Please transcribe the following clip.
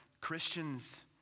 Christians